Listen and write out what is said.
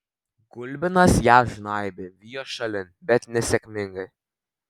gulbinas ją žnaibė vijo šalin bet nesėkmingai